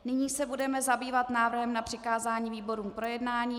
Nyní se budeme zabývat návrhem na přikázání výborům k projednání.